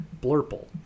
blurple